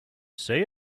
see